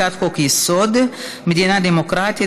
הצעת חוק-יסוד: מדינה דמוקרטית,